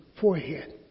forehead